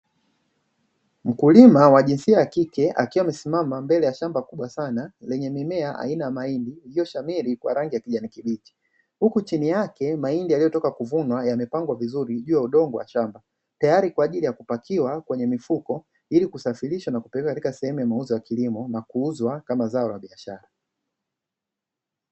Mkulima wa jinsia ya kike akiwa amesimama mbele ya shamba kubwa sana lenye mimea aina ya mahindi iliyoshamiri kwa rangi ta kijani kibichi, huku chini yake mahindi yaliyotoka kuvunwa yamepangwa vizuri juu ya udongo wa shamba, tayari kwa ajili ya kupakia kwenye mifuko ili kusafirisha na kupeleka katika sehemu ya mauzo ya kilimo na kuuzwa kama zao la biashara.